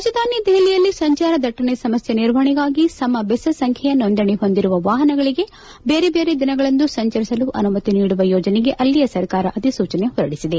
ರಾಜಧಾನಿ ದೆಹಲಿಯಲ್ಲಿ ಸಂಚಾರ ದಟ್ಟಣೆ ಸಮಸ್ಥೆಯ ನಿರ್ವಹಣೆಗಾಗಿ ಸಮ ಬೆಸ ಸಂಖ್ಯೆಯ ನೋಂದಣಿ ಹೊಂದಿರುವ ವಾಹನಗಳಿಗೆ ಬೇರೆ ಬೇರೆ ದಿನಗಳಂದು ಸಂಚರಿಸಲು ಅನುಮತಿ ನೀಡುವ ಯೋಜನೆಗೆ ಅಲ್ಲಿಯ ಸರ್ಕಾರ ಅಧಿಸೂಚನೆ ಹೊರಡಿಸಿದೆ